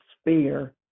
sphere